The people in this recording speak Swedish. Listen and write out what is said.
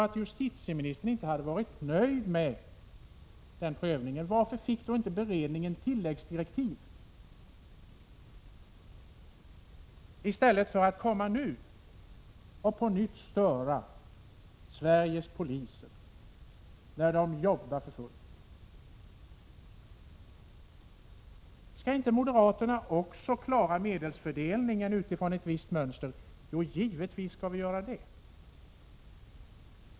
Om justitieministern inte var nöjd med den prövningen, varför fick då inte beredningen tilläggsdirektiv? Det hade varit bättre än att nu på nytt störa Sveriges poliser, när de jobbar för fullt. Skall inte moderaterna också klara medelsfördelningen utifrån ett visst mönster? Jo, givetvis skall vi göra det.